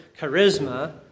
charisma